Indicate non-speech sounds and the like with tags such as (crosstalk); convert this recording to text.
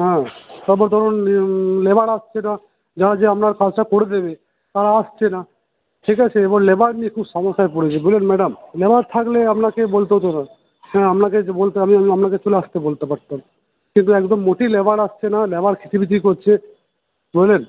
হ্যাঁ তারপর ধরুন (unintelligible) লেবার আসছে না যারা যে আপনার কাজটা করে দেবে তারা আসছে না ঠিক আছে এবার লেবার নিয়ে খুব সমস্যায় পড়েছি বুঝলেন ম্যাডাম লেবার থাকলে আপনাকে বলতে হতনা হ্যাঁ আপনাকে বলতে (unintelligible) আপনাকে চলে আসতে বলতে পারতাম কিন্তু একদম মোটেই লেবার আসছে না লেবার খিঁচি মিচি করছে বুঝলেন